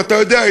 ואתה יודע,